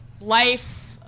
Life